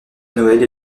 noël